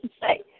say